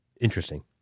interesting